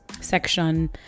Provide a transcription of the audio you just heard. section